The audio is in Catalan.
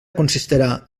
consistirà